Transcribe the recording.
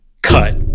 cut